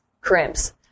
crimps